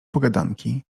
pogadanki